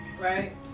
right